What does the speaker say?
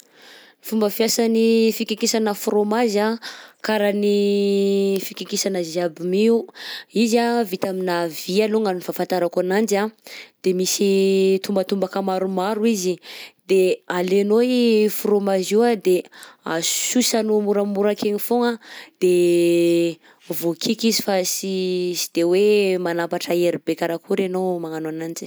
Fomba fiasan'ny fikikisana frômazy anh karahan'ny fikikisana ziaby mi io, izy anh de vita aminà vy alongany ny fahafanatarako ananjy anh de misy tombatombaka maromaro izy. _x000D_ De alainao i frômazy io anh de asosanao moramora akegny foagna de voakiky izy fa sy sy de hoe manampatra hery be karakory anao magnano ananjy.